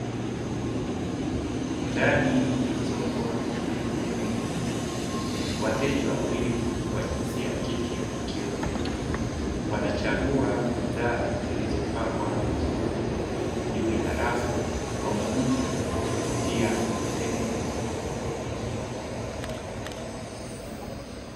Ndani ya soko la kitamaduni wateja wawili wa jinsia ya kike na kiume, wanachagua bidhaa zilizopangwa vizuri juu ya rafu kwa muundo wa kuvutia wateja.